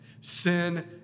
Sin